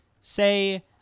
say